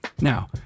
Now